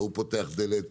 וההוא פותח דלת,